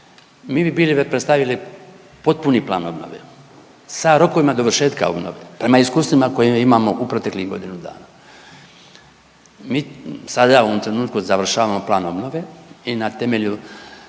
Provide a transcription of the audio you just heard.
mi bi bili predstavili potpuni plan obnove sa rokovima dovršetka obnove prema iskustvima koja imamo u proteklih godinu dana. Mi sada u ovom trenutku završavamo plan obnove i na temelju